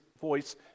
voice